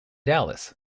dallas